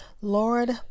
Lord